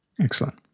Excellent